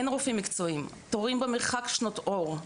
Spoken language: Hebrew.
אין רופאים מקצועיים, תורים במרחק שנות אור.